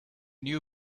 new